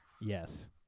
yes